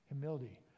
Humility